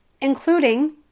including